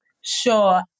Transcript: Sure